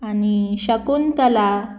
आनी शकुंतला